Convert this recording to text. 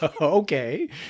okay